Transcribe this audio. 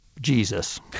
Jesus